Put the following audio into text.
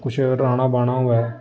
कुछ राह्ना बाह्ना होऐ